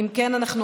אם כן,